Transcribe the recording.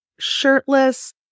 shirtless